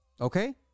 okay